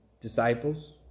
disciples